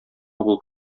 булып